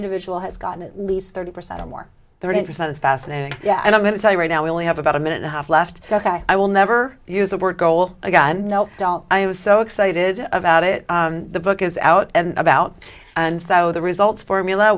individual has gotten at least thirty percent or more thirty percent it's fascinating yeah and i'm going to tell you right now we only have about a minute and a half left ok i will never use the word goal again no i am so excited about it the book is out and about and though the results formula